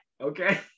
okay